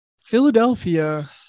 Philadelphia